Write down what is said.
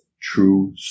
true